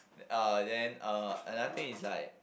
uh then uh another thing is like